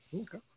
Okay